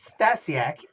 Stasiak